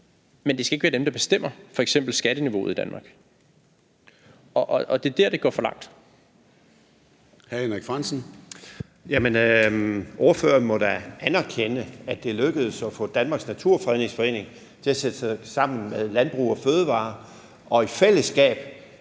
men det skal ikke være dem, der fastsætter f.eks. skatteniveauet i Danmark. Det er der, det går for langt.